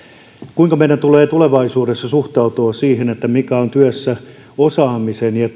kuinka meidän tulee tulevaisuudessa suhtautua siihen mikä on työssä osaamisen ja